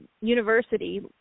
university